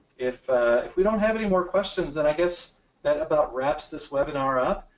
if if we don't have any more questions, then i guess that about wraps this webinar up.